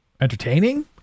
entertaining